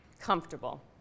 comfortable